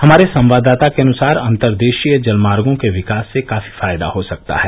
हमारे संवाददाता के अनुसार अंतरदेशीय जलमार्गो के विकास से काफी फायदा हो सकता है